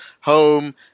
home